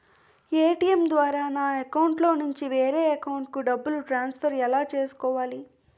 ATM ద్వారా నా అకౌంట్లోనుంచి వేరే అకౌంట్ కి డబ్బులు ట్రాన్సఫర్ ఎలా చేసుకోవాలి?